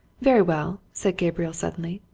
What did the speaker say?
very well, said gabriel suddenly,